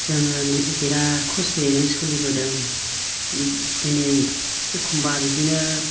जोङो बि बिराथ खस्थ'यै जों सोलिबोदों दिनै एखम्बा बिदिनो